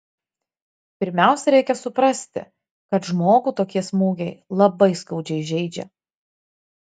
pirmiausia reikia suprasti kad žmogų tokie smūgiai labai skaudžiai žeidžia